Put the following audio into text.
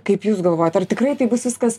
kaip jūs galvojat ar tikrai taip bus viskas